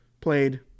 played